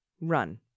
Run